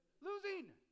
Losing